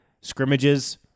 scrimmages